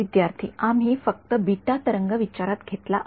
विद्यार्थीः आम्ही फक्त बीटा तरंग विचारात घेतला आहे